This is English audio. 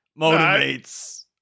motivates